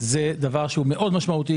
זה דבר שהוא מאוד משמעותי.